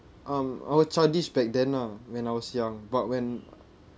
um I was childish back then lah when I was young but when